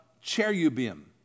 cherubim